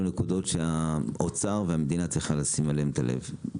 נקודות שהאוצר והמדינה צריכה לשים אליהם את הלב.